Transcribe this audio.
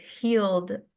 healed